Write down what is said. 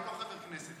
הוא לא חבר כנסת.